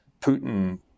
Putin